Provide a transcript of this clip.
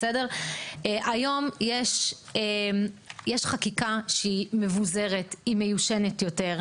היום יש חקיקה שהיא מבוזרת, היא מיושנת יותר,